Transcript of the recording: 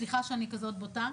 סליחה שאני כזו בוטה,